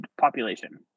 population